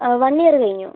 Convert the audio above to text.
ആ one year കഴിഞ്ഞു